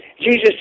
Jesus